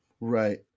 Right